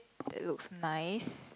it looks nice